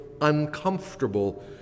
uncomfortable